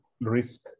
risk